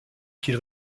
qu’il